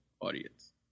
audience